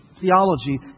theology